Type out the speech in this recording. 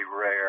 rare